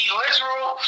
literal